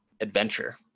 adventure